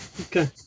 okay